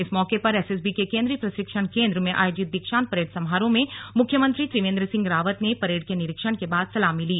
इस मौके पर एसएसबी के केन्द्रीय प्रशिक्षण केन्द्र में आयोजित दीक्षांत परेड समारोह में मुख्यमंत्री त्रिवेन्द्र सिंह रावत ने परेड के निरीक्षण के बाद सलामी ली